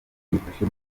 byifashe